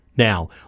Now